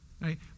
Right